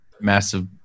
massive